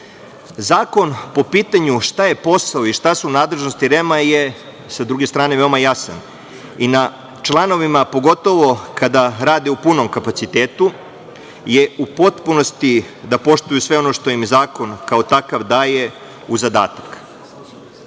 po pitanju šta je posao i šta su nadležnosti REM-a je sa druge strane veoma jasan. Na članovima pogotovo kada rade u punom kapacitetu je u potpunosti da poštuju sve ono što im zakon kao takav daje u zadatak. Kada